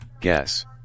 Guess